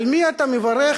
על מי אתה מברך,